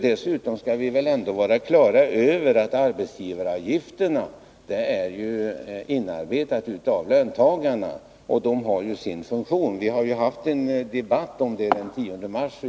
Dessutom skall vi vara på det klara med att arbetsgivaravgifterna är inarbetade av löntagarna och har sin funktion. Vi hade en debatt om dem den 10 mars i år.